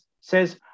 says